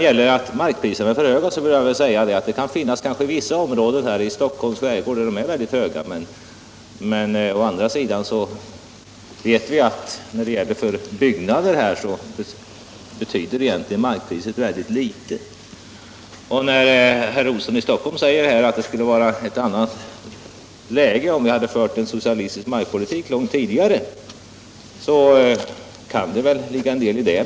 Beträffande de höga markpriserna vill jag säga att det väl i några områden i Stockholms skärgård är mycket höga markpriser, men vi vet också att när det gäller att bygga hus betyder markpriserna ganska litet. När herr Olsson säger att vi skulle haft en helt annan situation om vi hade fört en socialistisk markpolitik tidigare, så kan det väl ligga något i det.